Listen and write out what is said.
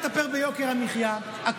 כי לאופוזיציה כבר אין מה לטפל ביוקר המחיה.